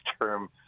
term